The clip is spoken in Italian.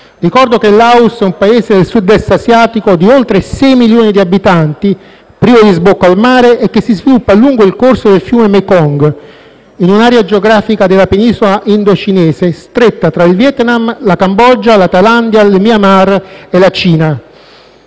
Ricordo che il Laos è un Paese del Sud-Est asiatico di oltre 6 milioni di abitanti, privo di sbocco al mare e che si sviluppa lungo il corso del fiume Mekong, in un'area geografica della penisola indocinese stretta fra il Vietnam, la Cambogia, la Thailandia, il Myanmar e la Cina.